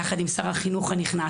יחד עם שר החינוך הנכנס,